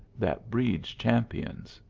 that breeds champions.